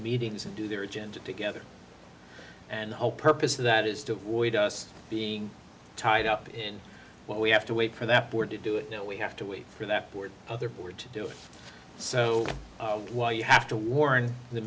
meetings and do their agenda together and the whole purpose of that is to avoid us being tied up in what we have to wait for that board to do it no we have to wait for that board other board to do it so why you have to warn the